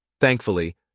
Thankfully